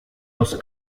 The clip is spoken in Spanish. los